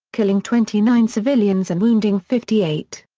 killing twenty nine civilians and wounding fifty eight.